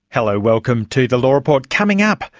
hello, welcome to the law report. coming up,